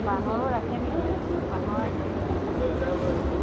বাঁহৰো ৰাখে নেকি বাঁহৰ আজিকালি ভাল